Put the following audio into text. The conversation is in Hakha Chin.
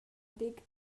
bik